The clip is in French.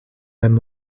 même